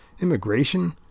Immigration